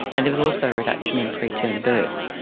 and there was also a reduction in preterm birth.